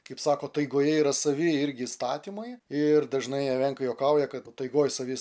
kaip sako taigoje yra savi irgi įstatymai ir dažnai evenkai juokauja kad taigoje savi